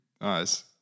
nice